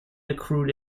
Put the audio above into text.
accrued